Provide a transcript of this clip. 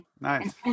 Nice